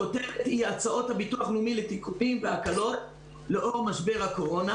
הכותרת היא: " הצעות הביטוח הלאומי לאור משבר הקורונה".